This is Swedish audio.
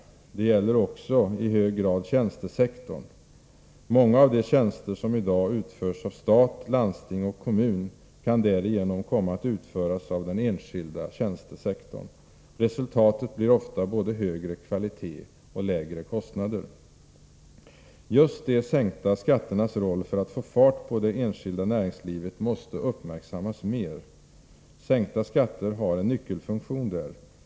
Det gäller i kanske ännu högre grad tjänstesektorn. Många av de tjänster som i dag utförs av stat, landsting och kommun kan därigenom komma att utföras av den enskilda tjänstesektorn. Resultatet blir ofta både högre kvalitet och lägre kostnader. Just de sänkta skatternas roll för att få fart på det enskilda näringslivet måste uppmärksammas mer. Sänkta skatter har en nyckelfunktion därvidlag.